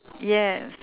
yes